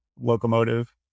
locomotive